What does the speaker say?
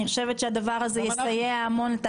אני חושבת שהדבר הזה יסייע הרבה.